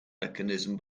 mechanism